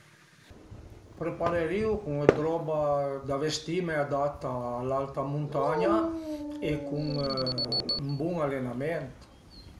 Më preparerìu cun d'roba da vestime adatta a l'alta muntagna e cun ün bun alenament